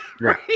Right